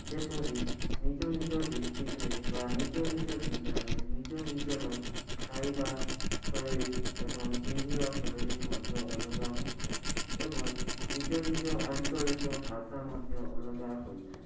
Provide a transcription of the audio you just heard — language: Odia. ଯେପରି ନିଜନିଜ ଡିଷ୍ଟ୍ରିକ୍ଟରେ ବା ନିଜନିଜ ଜିଲ୍ଲାରେ ନିଜ ନିଜର ଖାଇବା ଶୈଳୀ ଏବଂ ପିନ୍ଧିବା ଶୈଳୀ ମଧ୍ୟ ଅଲଗା ହୋଇଥାଏ ଏବଂ ନିଜନିଜ ଆଞ୍ଚଳିକ ଭାଷା ମଧ୍ୟ ଅଲଗା ହୋଇଥାଏ